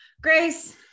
grace